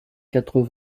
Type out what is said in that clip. quatre